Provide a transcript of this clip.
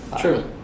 True